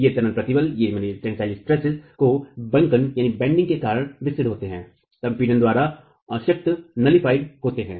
ये तनन प्रतिबल जो बंकन के कारण विकसित होते हैं संपीड़न द्वारा अशक्त होते हैं